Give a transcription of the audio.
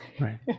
right